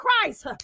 Christ